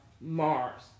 Mars